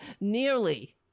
nearly